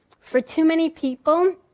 for too many people,